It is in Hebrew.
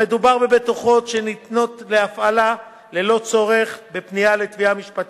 המדובר בבטוחות שניתנות להפעלה ללא צורך בפנייה לתביעה משפטית,